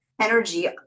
energy